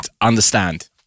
understand